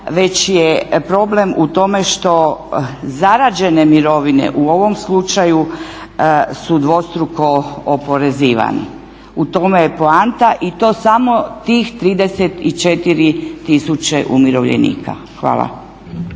već je problem u tome što zarađene mirovine u ovom slučaju su dvostruko oporezivane. U tome je poanta. I to samo tih 34 tisuće umirovljenika. Hvala.